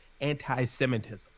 anti-Semitism